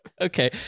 Okay